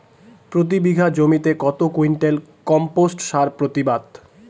প্রতি বিঘা জমিতে কত কুইন্টাল কম্পোস্ট সার প্রতিবাদ?